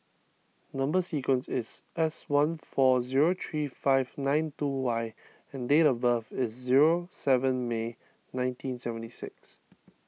Number Sequence is S one four zero three five nine two Y and date of birth is zero seven May nineteen seventy six